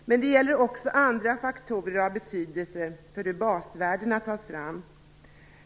Men det gäller också andra faktorer av betydelse för hur basvärdena tas fram.